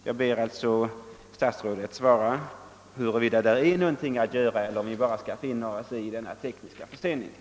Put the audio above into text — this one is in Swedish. Jag ber alltså statsrådet ge oss besked om huruvida så kan ske eller om vi måste finna oss i den försening som uppstått av tekniska skäl.